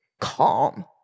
calm